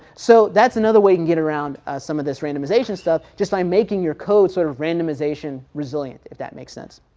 so that's another way to and get around some of this randomization stuff, just by making your codes sort of randomization resilient, if that makes sense.